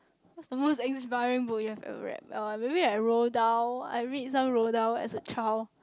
what is the most inspiring book you have ever read uh maybe like Roald-Dahl I read some Roald-Dahl as a child